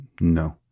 No